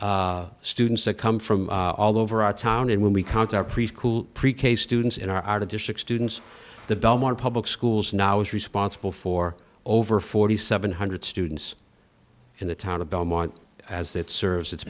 clude students that come from all over our town and when we count our preschool pre k students in our out of district students the belmont public schools now is responsible for over forty seven hundred students in the town of belmont as that serves it